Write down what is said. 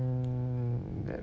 mm